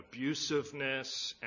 abusiveness